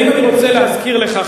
אני רוצה להזכיר לך,